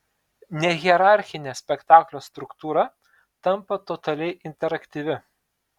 nehierarchinė spektaklio struktūra tampa totaliai interaktyvi